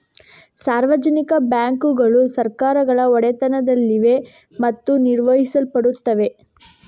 ಸಾರ್ವಜನಿಕ ಬ್ಯಾಂಕುಗಳು ಸರ್ಕಾರಗಳ ಒಡೆತನದಲ್ಲಿದೆ ಮತ್ತು ನಿರ್ವಹಿಸಲ್ಪಡುತ್ತವೆ